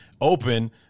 open